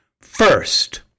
First